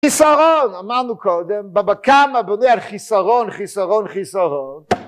חיסרון! אמרנו קודם. בא קמא בונה על חיסרון, חיסרון, חיסרון.